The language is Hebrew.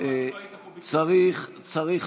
אני חושב,